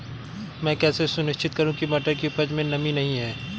मैं कैसे सुनिश्चित करूँ की मटर की उपज में नमी नहीं है?